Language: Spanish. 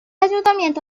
ayuntamiento